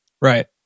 Right